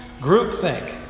Groupthink